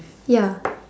ya